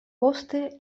poste